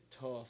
tough